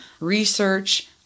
research